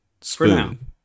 Spoon